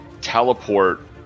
teleport